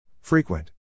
Frequent